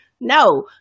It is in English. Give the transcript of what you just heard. No